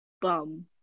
bum